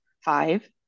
five